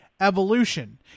Evolution